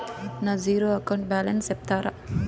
నా zero account balance సెప్తారా?